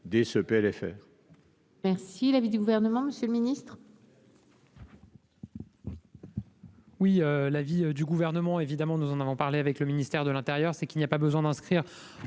dès ce PLFR